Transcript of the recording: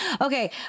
Okay